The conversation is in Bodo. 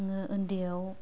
आङो ओन्दैयाव